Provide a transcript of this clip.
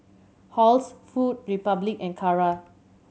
Halls Food Republic and Kara